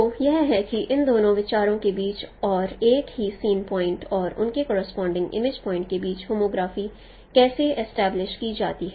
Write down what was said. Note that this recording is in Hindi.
तो यह है कि इन दोनों विचारों के बीच और एक ही सीन पॉइंट और उनके करोसपोंडिंग इमेज पॉइंटस के बीच होमोग्राफी कैसे एस्टेब्लिशड की जाती है